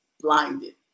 blinded